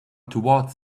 towards